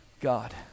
God